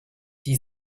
die